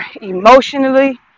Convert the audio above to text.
emotionally